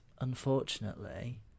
unfortunately